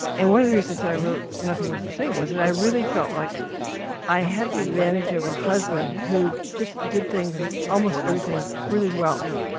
and one of the reasons i wrote nothing was the same was that i really felt like i had the advantage of a husband who just did things, almost everything, really well,